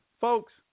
Folks